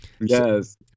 Yes